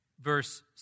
verse